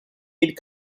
aid